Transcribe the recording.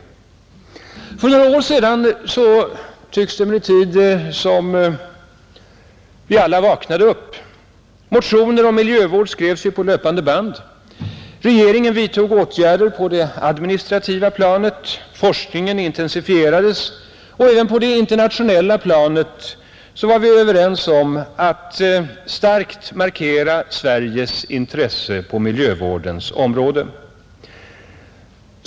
För några år sedan tycks det emellertid som om vi vaknade upp. Motioner om miljövård skrevs på löpande band, regeringen vidtog åtgärder på det administrativa planet, forskningen intensifierades och även på det internationella planet var vi överens om att starkt markera Sveriges intresse på miljövårdens område.